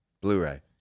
Blu-ray